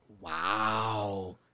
wow